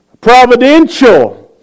providential